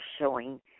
showing